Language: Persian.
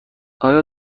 آیا